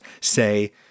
Say